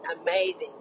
amazing